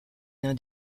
l’un